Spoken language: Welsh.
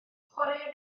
chwaraea